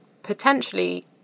Potentially